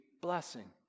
blessing